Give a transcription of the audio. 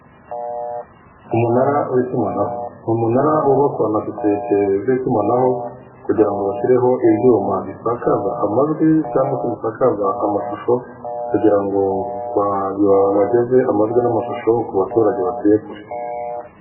Umunara w'itumanaho ni umunara wubakwa na sosiyete z'itumanaho kugira ngo bashyireho ibyuma bisakaza amajwi cyangwa se bisakaza amashusho, kugira ngo bageze amajwi n'amashusho ku baturage batuye kure.